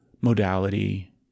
modality